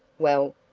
well,